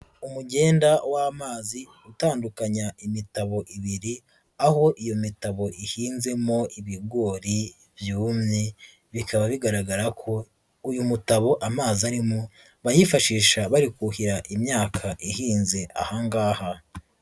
Umugenda w'amazi utandukanya imitabo ibiri, aho iyo mitabo ihinzemo ibigori byumye, bikaba bigaragara ko uyu mutabo amazi arimo bayifashisha bari kuhira imyaka ihinze aha ngaha.